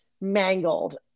mangled